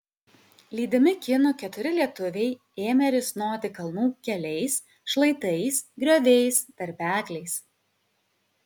lydimi kinų keturi lietuviai ėmė risnoti kalnų keliais šlaitais grioviais tarpekliais